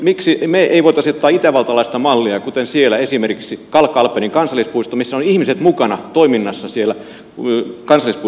miksi me emme voisi ottaa itävaltalaista mallia kuten siellä on esimerkiksi kalkalpenin kansallispuisto missä ovat ihmiset mukana toiminnassa siellä kansallispuiston sisällä